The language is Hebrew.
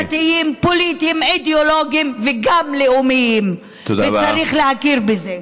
ולא להכיר בו,